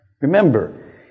Remember